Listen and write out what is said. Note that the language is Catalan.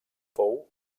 fou